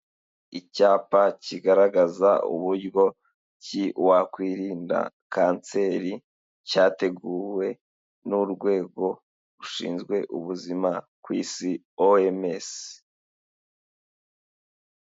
Icyapa kigaragaza uburyo ki wakwirinda kanseri, cyateguwe n'urwego rushinzwe ubuzima ku isi OMS.